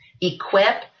equip